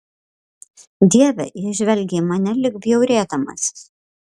dieve jis žvelgė į mane lyg bjaurėdamasis